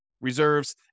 reserves